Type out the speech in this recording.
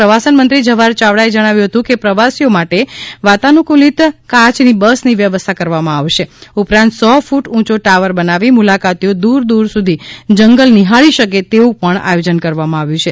પ્રવાસન મંત્રી જવાહર ચાવડા જણાવ્યું હતું કે પ્રવાસીઓ માટે વાતાનુકુલિત કાચની બસ ની વ્યવસ્થા કરવા માં આવશે ઉપરાંત સો ક્રટ ઉંચો ટાવર બનાવી મુલાકાતીઓ દ્રર દ્દર સુધી જંગલ નિહાળી શકે તેવું પણ આયોજન કરવા માં આવ્યું છે